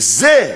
וזה,